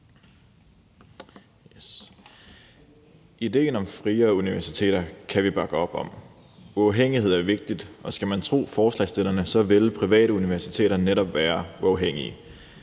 Idéen om friere universiteter kan vi bakke op om. Uafhængighed er vigtigt, og skal man tro forslagsstillerne, vil private universiteter netop være uafhængige.